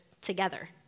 together